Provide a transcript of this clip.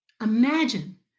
imagine